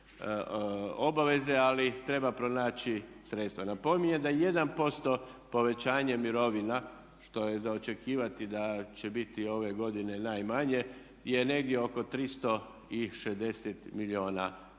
ali treba pronaći sredstva. Napominjem da 1% povećanje mirovina što je za očekivati da će biti ove godine najmanje je negdje oko 360 milijuna kuna.